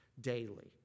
daily